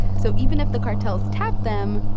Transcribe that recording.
so even if the cartels tapped them,